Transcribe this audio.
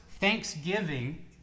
thanksgiving